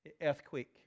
earthquake